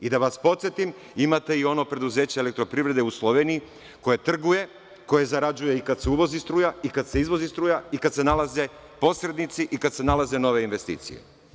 Da vas podsetim, imate i ono preduzeće Elektroprivrede u Sloveniji koje trguje, koje zarađuje i kad se uvozi struja i kad se izvozi struja i kad se nalaze posrednici i kad se nalaze nove investicije.